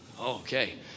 Okay